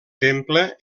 temple